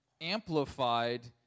amplified –